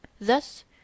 Thus